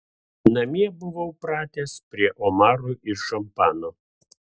namie buvau pratęs prie omarų ir šampano